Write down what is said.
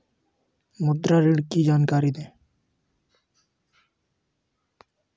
मुद्रा ऋण की जानकारी दें?